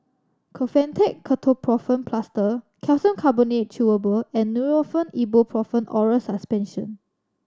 Kefentech Ketoprofen Plaster Calcium Carbonate Chewable and Nurofen Ibuprofen Oral Suspension